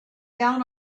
down